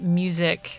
music